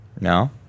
No